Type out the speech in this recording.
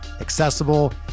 accessible